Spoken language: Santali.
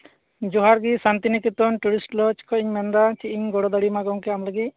ᱡᱚᱦᱟᱨ ᱜᱮ ᱥᱟᱱᱛᱤᱱᱤᱠᱮᱛᱚᱱ ᱴᱩᱨᱤᱥᱴ ᱞᱚᱡᱽ ᱠᱷᱚᱡ ᱤᱧ ᱢᱮᱱ ᱫᱟ ᱪᱮᱜ ᱤᱧ ᱜᱚᱲᱚ ᱫᱟᱲᱮᱭᱟᱢᱟ ᱜᱚᱢᱠᱮ ᱟᱢ ᱞᱟᱹᱜᱤᱫ